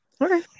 Okay